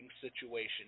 situation